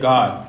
God